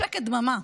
בשקט דממה.